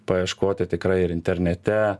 paieškoti tikrai ir internete